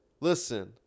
Listen